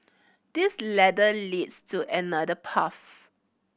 this ladder leads to another path